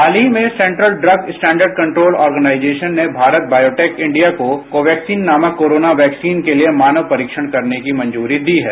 हाल ही में central drug standard control organisation ने भारत बायोटेक इंडिया को कोवैक्सीन नामक कोरोना वैक्सीन के लिए मानव परीक्षण करने की मंजूरी दी है